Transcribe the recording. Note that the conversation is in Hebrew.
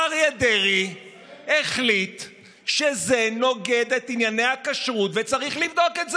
אריה דרעי החליט שזה נוגד את ענייני הכשרות וצריך לבדוק את זה.